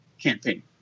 campaign